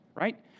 right